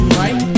right